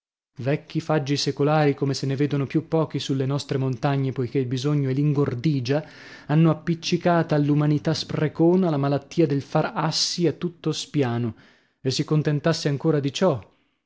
vecchi faggi secolari come se ne vedono più pochi sulle nostre montagne poichè il bisogno e l'ingordigia hanno appiccicata all'umanità sprecona la malattia del far assi a tutto spiano e si contentasse ancora di ciò